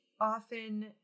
often